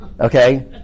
Okay